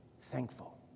thankful